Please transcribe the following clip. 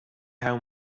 how